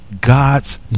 God's